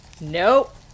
nope